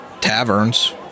taverns